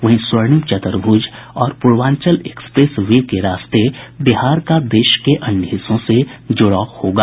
वहीं स्वर्णिम चतुर्भुज और पूर्वांचल एक्सप्रेस वे के रास्ते बिहार का देश के अन्य हिस्सों से जुड़ाव होगा